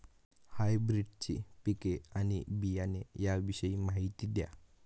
हायब्रिडची पिके आणि बियाणे याविषयी माहिती द्या